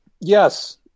Yes